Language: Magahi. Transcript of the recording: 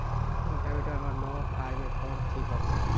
रोटावेटर और नौ फ़ार में कौन ठीक होतै?